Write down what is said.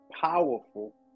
powerful